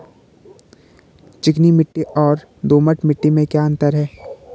चिकनी मिट्टी और दोमट मिट्टी में क्या अंतर है?